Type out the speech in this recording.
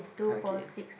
okay